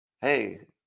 Hey